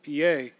PA